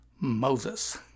Moses